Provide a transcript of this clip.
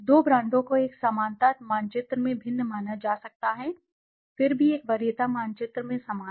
दो ब्रांडों को एक समानता मानचित्र में भिन्न माना जा सकता है फिर भी एक वरीयता मानचित्र में समान है